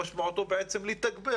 שמשמעותו בעצם היא לתגבר